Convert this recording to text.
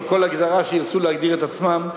או כל הגדרה שירצו להגדיר את עצמם.